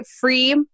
free